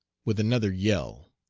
with another yell.